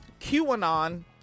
QAnon